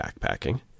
backpacking